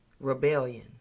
Rebellion